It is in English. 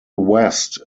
west